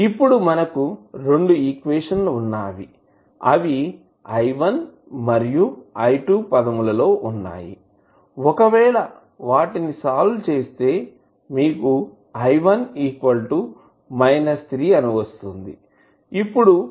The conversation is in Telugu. ఇప్పుడు మనకు రెండు ఈక్వేషన్ లు వున్నాయి అవి i 1 మరియు i2 పదములు లో వున్నాయి ఒకవేళ వాటిని సాల్వ్ చేస్తే మీకు i 1 3 అని వస్తుంది